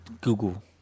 Google